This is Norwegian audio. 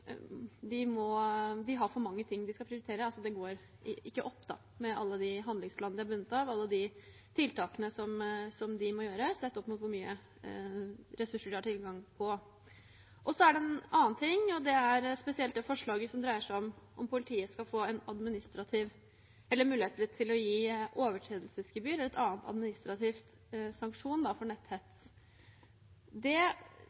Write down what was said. har for mange ting de skal prioritere – det går ikke opp med alle de handlingsplanene de er bundet av og alle de tiltakene som de må gjøre, sett opp mot hvor mye ressurser de har tilgang på. Så er det en annen ting, og det er spesielt det forslaget som dreier seg om om politiet skal få mulighet til å gi overtredelsesgebyr eller en annen administrativ sanksjon for netthets. Det